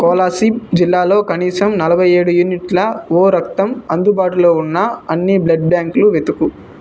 కోలాసిబ్ జిల్లాలో కనీసం నలభైఏడు యూనిట్ల ఓ రక్తం అందుబాటులో ఉన్న అన్ని బ్లడ్ బ్యాంకులు వెతుకుము